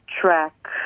track